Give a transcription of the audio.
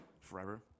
forever